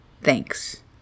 thanks